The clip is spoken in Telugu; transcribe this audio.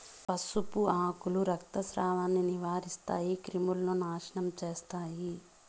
పసుపు ఆకులు రక్తస్రావాన్ని నివారిస్తాయి, క్రిములను నాశనం చేస్తాయి